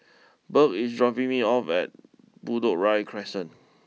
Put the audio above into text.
Bert is dropping me off at Bedok Ria Crescent